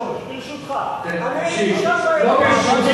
ברשותך, אני הייתי שם באירוע.